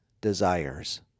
desires